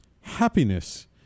Happiness